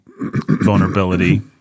vulnerability